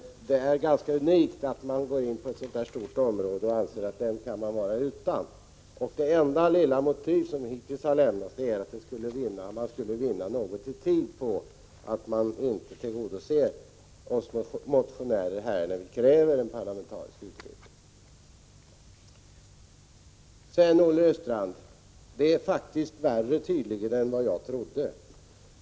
Det är unikt att gå in på ett så stort område och anse att man kan vara utan en sådan utredning. Det enda lilla motiv som hittills har lämnats är att man skulle vinna något i tid på att inte tillgodose oss motionärer när vi kräver en parlamentarisk utredning. Det är faktiskt värre, Olle Östrand, än vad jag trodde.